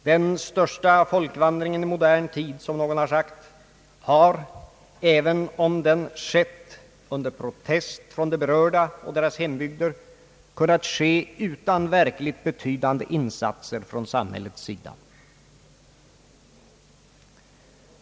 Den största folkvandringen i modern tid — som någon sagt — har kunnat ske utan verkligt betydande insatser från samhällets sida, även om den ägt rum under protest från de berörda och deras hembygder.